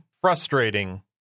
frustrating